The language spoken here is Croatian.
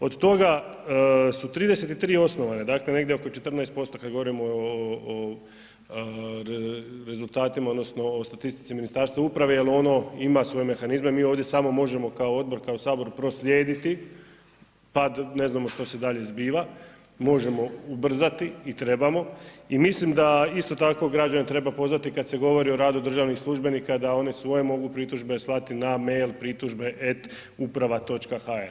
Od toga su 33 osnovane, dakle negdje oko 14% kad govorimo o rezultatima odnosno o statistici Ministarstva uprave jer ono ima svoje mehanizme, mi ovdje samo možemo kao odbor, kao Sabor proslijediti pa ne znamo što se dalje zbiva, možemo ubrzati i trebamo i mislim da isto tako građane treba pozvati kad se govori o radu državnih službenika da oni svoje mogu pritužbe slati na mail prituzbe@uprava.hr.